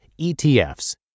ETFs